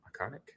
iconic